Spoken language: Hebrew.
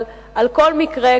אבל על כל מקרה,